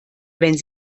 wenn